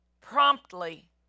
promptly